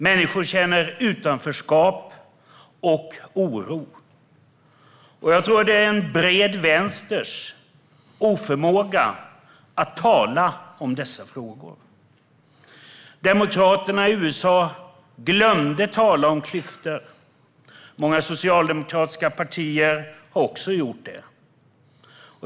Människor känner utanförskap och oro, och jag tror att det i en bred vänster finns en oförmåga att tala om dessa frågor. Demokraterna i USA glömde tala om klyftor. Många socialdemokratiska partier har också gjort det.